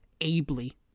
ably